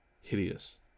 Hideous